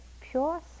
pure